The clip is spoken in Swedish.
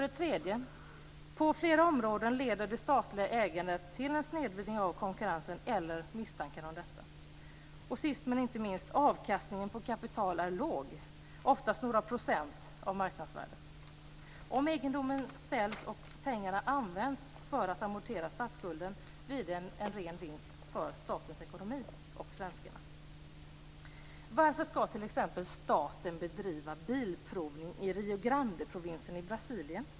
· På flera områden leder det statliga ägandet till en snedvridning av konkurrensen - eller misstankar om detta. · Avkastningen på kapital är låg, oftast några procent av marknadsvärdet. Om egendomen säljs och pengarna används för att amortera statsskulden blir det en ren vinst för statens ekonomi och för svenskarna. Grande-provinsen i Brasilien?